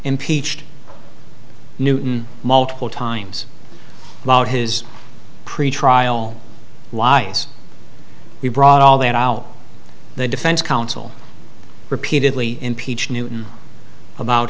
impeached newton multiple times about his pretrial wise we brought all that out the defense counsel repeatedly impeach newton about